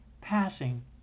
Passing